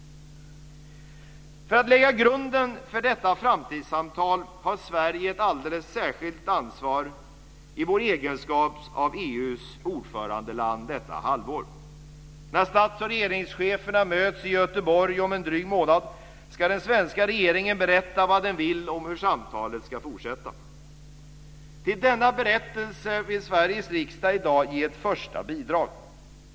För att lägga grunden för detta framtidssamtal har Sverige ett alldeles särskilt ansvar i sin egenskap av EU:s ordförandeland detta halvår. När stats och regeringscheferna möts i Göteborg om drygt en månad ska den svenska regeringen berätta vad den vill och hur samtalet ska fortsätta. Till denna berättelse vill Sveriges riksdag i dag ge ett första bidrag.